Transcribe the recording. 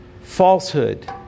falsehood